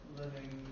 living